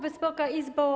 Wysoka Izbo!